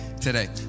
today